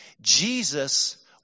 Jesus